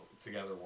together